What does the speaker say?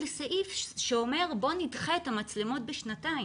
סעיף שאומר בוא נדחה את חוק המצלמות בשנתיים.